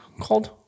called